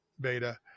Beta